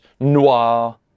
noir